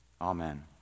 Amen